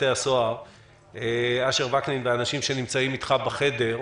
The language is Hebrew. בתי הסוהר ולאנשים שנמצאים איתו בחדר,